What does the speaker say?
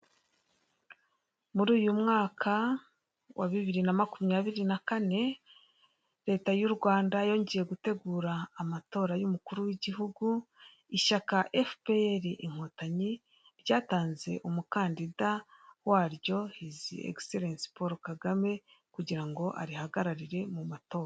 Muruyu mwaka wa bibiri na makumyabiri na kane, leta yurwanda yongeye gutegura amatora y'umukuru w'igihugu ishyaka rya FPR inkotanyi ryatanze umukandida waryo hizi egiseretsi Paul Kagame kugira ngo arihagararire mumatora.